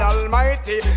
Almighty